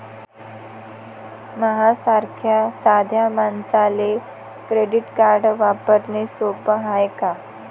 माह्या सारख्या साध्या मानसाले क्रेडिट कार्ड वापरने सोपं हाय का?